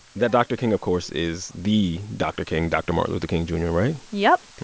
that dr. king, of course, is the dr. king dr. martin luther king jr, right? yup.